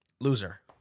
loser